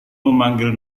memanggil